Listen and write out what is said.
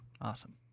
Awesome